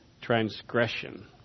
transgression